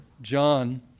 John